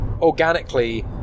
organically